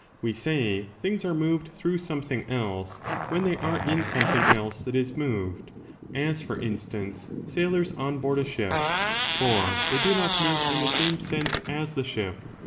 we say things are moved through something else when they are in something else that is moved as, for instance, sailors on board a ship for they do not move in the same sense as the ship,